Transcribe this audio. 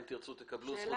אם תרצו תקבלו זכות דיבור.